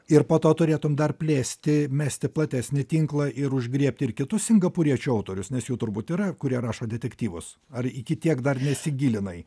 ir po to turėtum dar plėsti mesti platesnį tinklą ir užgriebti ir kitus singapūriečių autorius nes jų turbūt yra kurie rašo detektyvus ar iki tiek dar nesigilinai